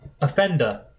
offender